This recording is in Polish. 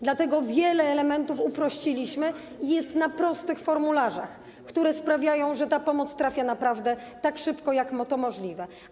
Dlatego wiele elementów uprościliśmy, teraz opierają się one na prostych formularzach, które sprawiają, że ta pomoc trafia naprawdę tak szybko, jak to możliwe.